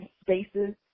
spaces